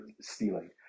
stealing